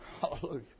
Hallelujah